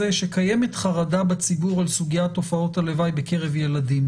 שקיימת חרדה בציבור על סוגיית תופעות הלוואי בקרב ילדים,